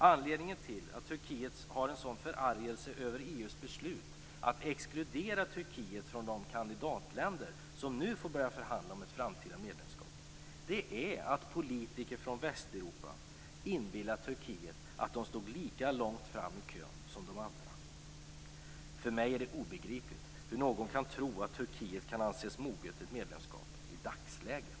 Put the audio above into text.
Anledningen till Turkiets förargelse över EU:s beslut att exkludera Turkiet från de kandidatländer som nu får börja förhandla om ett framtida medlemskap är att politiker från Västeuropa inbillat Turkiet att de stod lika långt fram i kön som de andra. För mig är det obegripligt hur någon kan tro att Turkiet kan anses moget ett medlemskap i dagsläget.